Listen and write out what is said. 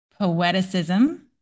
poeticism